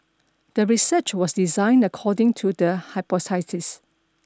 the research was designed according to the hypothesis